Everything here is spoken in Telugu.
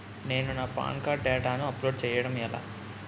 నేను నా పాన్ కార్డ్ డేటాను అప్లోడ్ చేయడం ఎలా?